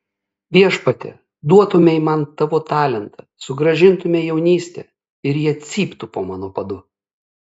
viešpatie duotumei man tavo talentą sugrąžintumei jaunystę ir jie cyptų po mano padu